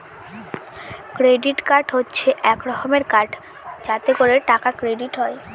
credit card হচ্ছে এক রকমের কার্ড যাতে করে টাকা ক্রেডিট নেয়